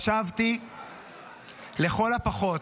חשבתי לכל הפחות,